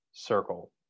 circle